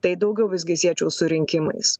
tai daugiau visgi siečiau su rinkimais